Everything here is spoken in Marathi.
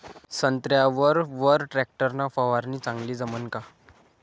संत्र्यावर वर टॅक्टर न फवारनी चांगली जमन का?